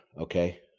okay